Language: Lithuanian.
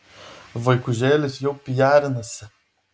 vaikužėlis jau pijarinasi